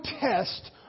test